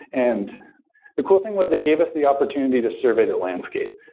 and the cool thing was they gave us the opportunity to survey the landscape.